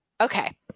Okay